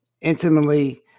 Intimately